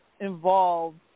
involved